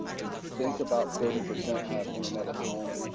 we think about thirty percent have internet at home.